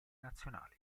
nazionali